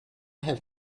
have